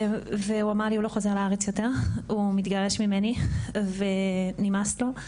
והוא אמר לי שהוא לא חוזר לארץ יותר והוא מתגרש ממנו ונמאס לו.